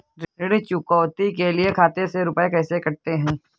ऋण चुकौती के लिए खाते से रुपये कैसे कटते हैं?